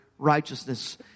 righteousness